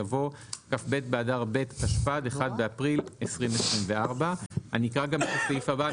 יבוא כ"ב באדר ב' התשפ"ד (1 באפריל 2024). אני אקרא גם את הסעיף הבא,